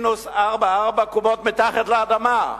ארבע קומות מתחת לאדמה,